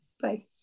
Bye